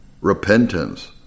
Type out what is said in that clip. repentance